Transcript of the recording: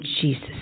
Jesus